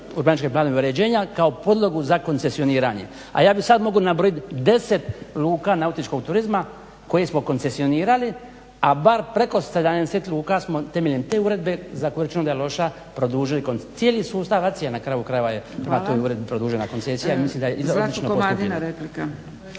urbanističke planove uređenja kao podlogu za koncesioniranje. A ja bih sad mogao nabrojat 10 luka nautičkog turizma koje smo koncesionirali, a bar preko 70 luka smo temeljem te uredbe za koju čujemo da je loša produžili, cijeli sustav ACI-a na kraju krajeva je prema toj uredbi produžena koncesija. …/Govornik se ne razumije./…